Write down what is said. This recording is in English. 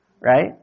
right